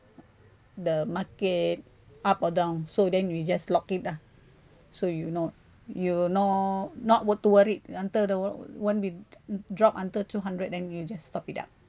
the market up or down so then we just lock it lah so you know you know not worth too worried until the one we drop until two hundred then you just stop it up